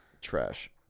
trash